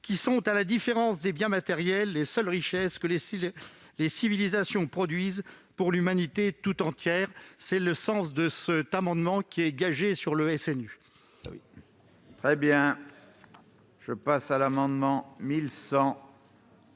qui sont, à la différence des biens matériels, les seules richesses que les civilisations produisent pour l'humanité tout entière. Tel est le sens de cet amendement gagé sur les crédits du SNU. Les deux amendements